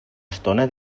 estona